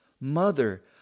Mother